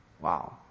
Wow